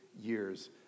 years